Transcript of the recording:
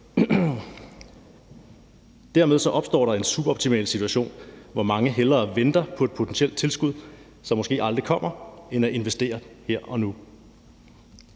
Dermed opstår der en suboptimal situation, hvor mange hellere venter på et potentielt tilskud, som måske aldrig kommer, end at investere her og nu.